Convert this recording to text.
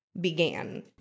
began